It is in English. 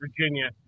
Virginia